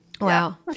Wow